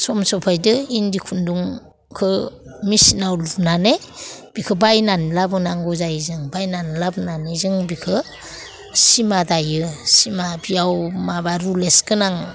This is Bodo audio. सम सफैदों इन्दि खुन्दुंखौ मेशिनाव लुनानै बिखौ बायनानै लाबोनांगौ जायो जों बायनानै लाबोनानै जों बिखौ सिमा दायो सिमा बियाव माबा रलेक्स गोनां